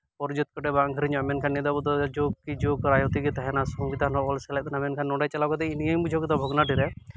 ᱯᱚᱨ ᱡᱟᱹᱛ ᱠᱚᱴᱷᱮᱡ ᱵᱟᱝ ᱟᱹᱠᱷᱨᱤᱧᱚᱜᱼᱟ ᱢᱮᱱᱠᱷᱟᱱ ᱱᱤᱭᱟᱹ ᱫᱚ ᱟᱵᱚ ᱫᱚ ᱡᱩᱜᱽ ᱠᱮ ᱡᱩᱜᱽ ᱨᱟᱭᱚᱛᱤ ᱜᱮ ᱛᱟᱦᱮᱱᱟ ᱥᱚᱝᱵᱤᱫᱷᱟᱱ ᱨᱮᱦᱚᱸ ᱚᱞ ᱥᱮᱞᱮᱫ ᱮᱱᱟ ᱢᱮᱱᱠᱷᱟᱱ ᱱᱚᱰᱮ ᱪᱟᱞᱟᱣ ᱠᱟᱛᱮᱜ ᱤᱧ ᱜᱤᱧ ᱵᱩᱡᱷᱟᱹᱣ ᱠᱮᱫᱟ ᱵᱷᱚᱜᱽᱱᱟᱰᱤ ᱨᱮ